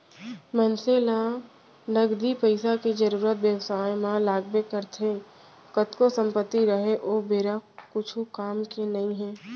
मनसे ल नगदी पइसा के जरुरत बेवसाय म लगबे करथे कतको संपत्ति राहय ओ बेरा कुछु काम के नइ हे